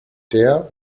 oder